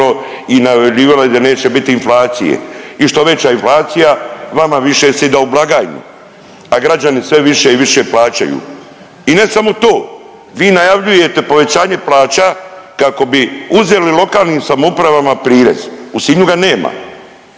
i najavljivali da neće biti inflacije. I što veća inflacija vama više sjeda u blagajnu, a građani sve više i više plaćaju. I ne samo to, vi najavljujete povećanje plaća kako bi uzeli lokalnim samoupravama prirez. U Sinju ga nema,